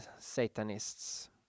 Satanists